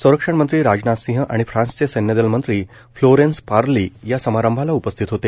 संरक्षण मंत्री राजनाथ सिंग आणि फ्रान्सचे सैन्यदल मंत्री फ्लोरेन्स पार्ली या समारंभाला उपस्थित होते